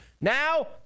Now